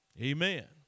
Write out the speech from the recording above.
Amen